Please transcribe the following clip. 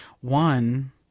one—